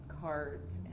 cards